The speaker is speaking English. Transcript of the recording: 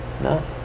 No